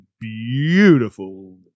beautiful